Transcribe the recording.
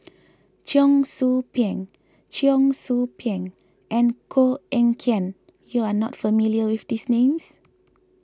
Cheong Soo Pieng Cheong Soo Pieng and Koh Eng Kian you are not familiar with these names